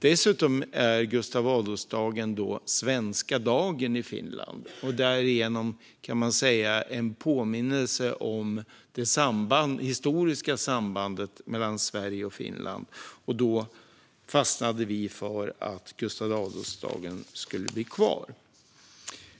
Dessutom är Gustav Adolfsdagen svenska dagen i Finland och därigenom, kan man säga, en påminnelse om det historiska sambandet mellan Sverige och Finland. Då fastnade vi för att Gustav Adolfsdagen skulle vara kvar som flaggdag.